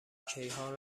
کیهان